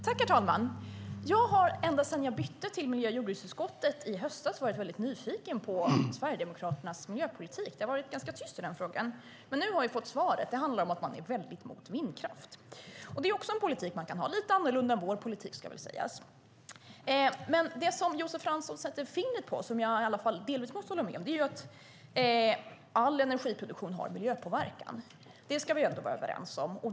Herr talman! Jag har ända sedan jag bytte till miljö och jordbruksutskottet i höstas varit nyfiken på Sverigedemokraternas miljöpolitik. Det har varit tyst i frågan. Nu har jag fått svaret, nämligen att det handlar om att vara mot vindkraft. Det är också en politik man kan ha, lite annorlunda än vår politik ska väl sägas. Det som Josef Fransson sätter fingret på, som jag delvis måste hålla med om, är att all energiproduktion har miljöpåverkan. Det ska vi ändå vara överens om.